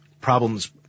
problems